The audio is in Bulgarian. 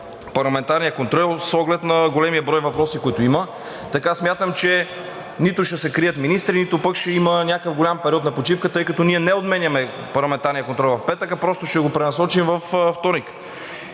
парламентарния контрол с оглед на големия брой въпроси, които има. Така смятам, че нито ще се крият министри, нито пък ще има някакъв голям период на почивка, тъй като не отменяме парламентарния контрол в петък, а просто ще го пренасочим във вторник.